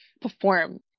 perform